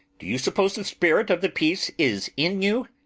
do you suppose the spirit of the piece is in you?